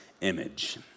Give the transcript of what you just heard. image